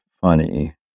funny